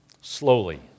slowly